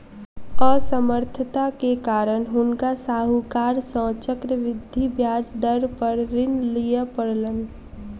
असमर्थता के कारण हुनका साहूकार सॅ चक्रवृद्धि ब्याज दर पर ऋण लिअ पड़लैन